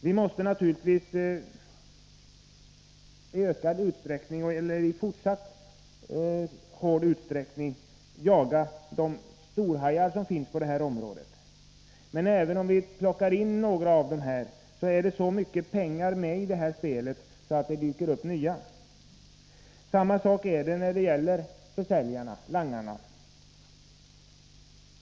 Vi måste naturligtvis fortsätta med att i stor utsträckning inrikta oss på att jaga de stora narkotikahajarna. Men även om vi får tag i några av dem, är det så mycket pengar med i det här spelet att det dyker upp nya. Samma sak gäller beträffande försäljarna, langarna.